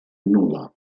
nul·la